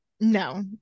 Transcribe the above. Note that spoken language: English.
no